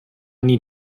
need